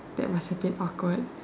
that must have been awkward